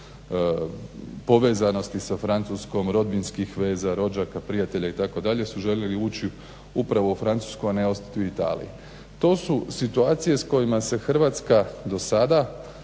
povezanosti sa Francuskom, rodbinskih veza, rođaka, prijatelja itd. su željeli ući upravo u Francusku a ne ostati u Italiji. To su situacije s kojima se Hrvatska do sada